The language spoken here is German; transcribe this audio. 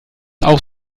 auch